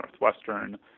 Northwestern